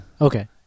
Okay